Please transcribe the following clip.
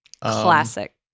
Classic